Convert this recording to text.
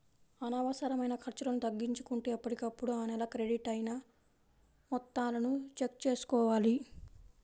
అనవసరమైన ఖర్చులను తగ్గించుకుంటూ ఎప్పటికప్పుడు ఆ నెల క్రెడిట్ అయిన మొత్తాలను చెక్ చేసుకోవాలి